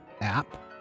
app